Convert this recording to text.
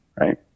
Right